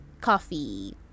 Coffee